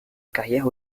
carrière